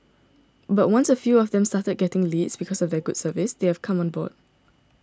but once a few of them started getting leads because of their good service they have come on board